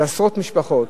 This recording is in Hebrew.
שעשרות משפחות,